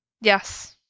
Yes